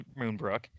moonbrook